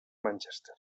manchester